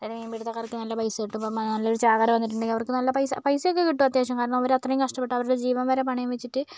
മീൻപിടുത്തക്കാർക്ക് നല്ല പൈസ കിട്ടും അപ്പം നല്ലൊരു ചാകര വന്നിട്ടുണ്ടെങ്കിൽ അവർക്ക് നല്ല പൈസ പൈസയൊക്കെ കിട്ടും അത്യാവശ്യം കാരണം അവരത്രയും കഷ്ടപ്പെട്ട് അവരുടെ ജീവൻ വരെ പണയം വെച്ചിട്ട്